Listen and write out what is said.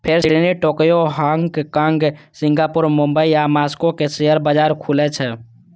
फेर Sydney, Tokyo, Hong Kong, Singapore, Mumbai आ Moscow के शेयर बाजार खुलै छै